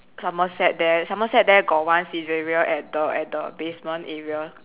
Somerset there Somerset there got one Saizeriya at the at the basement area